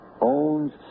owns